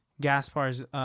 Gaspar's